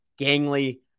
gangly